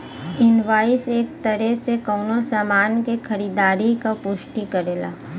invoice एक तरे से कउनो सामान क खरीदारी क पुष्टि करेला